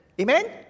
Amen